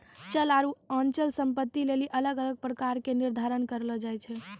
चल आरु अचल संपत्ति लेली अलग अलग प्रकारो के कर निर्धारण करलो जाय छै